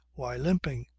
why limping?